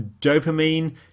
dopamine